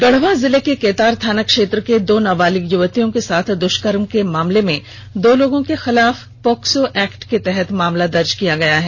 गढ़वा जिले के केतार थाना क्षेत्र के दो नाबालिग य्वतियों के साथ द्ष्कर्म के मामले में दो लोगों के खिलाफ भादवि पोक्सो एक्ट के तहत मामला दर्ज किया गया है